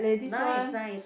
nice nice